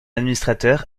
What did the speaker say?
administrateur